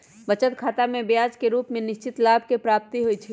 बचत खतामें ब्याज के रूप में निश्चित लाभ के प्राप्ति होइ छइ